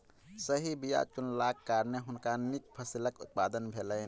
सही बीया चुनलाक कारणेँ हुनका नीक फसिलक उत्पादन भेलैन